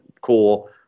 Cool